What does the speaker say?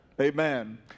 Amen